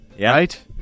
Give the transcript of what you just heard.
right